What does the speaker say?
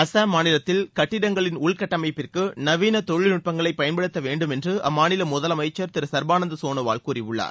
அசாம் மாநிலத்தில் கட்டிடங்களின் உள்கட்டமைப்பிற்கு நவீன தொழில்நுட்பங்களை பயன்படுத்த வேண்டும் என்று அம்மாநில முதலமைச்சர் திரு சர்பானந்த சோனாவால் கூறியுள்ளார்